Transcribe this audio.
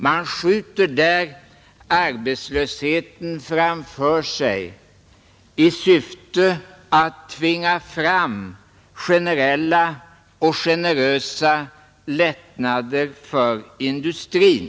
Man skjuter där arbetslösheten framför sig i syfte att tvinga fram generella och generösa lättnader för industrin.